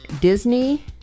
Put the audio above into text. Disney